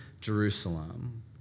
Jerusalem